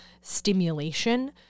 stimulation